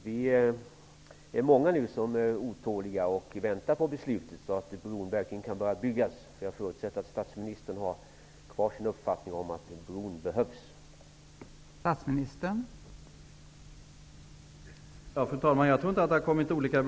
Vi är nu många som är otåliga och väntar på beslutet, så att bron kan börja byggas -- jag förutsätter att statsministern har kvar sin uppfattning om att det behövs en bro.